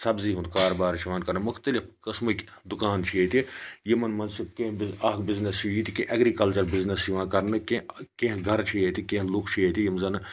سبزی ہُنٛد کاربار چھُ یِوان کرنہٕ مُختٔلِف قٕسمٕکۍ دُکان چھِ ییٚتہِ یِمن منٛز چھِ کینٛہہ اَکھ بِزنٮ۪س چھُ یِتہِ کہِ ایٚگرِکَلچر بِزنٮ۪س چھُ یِوان کینٛہہ گَرٕ چھِ ییٚتہِ کینٛہہ لُکھ چھِٕ ییٚتہِ یِم زَن نہٕ